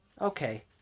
Okay